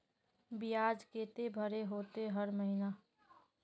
बियाज केते भरे होते हर महीना?